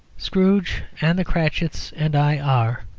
scrooge and the cratchits and i are,